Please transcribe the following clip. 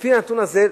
לפי הנתון הזה,